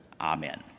amen